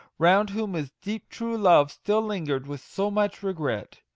round whom his deep true love still lingered with so much regret.